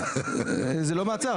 זה לא מעצר,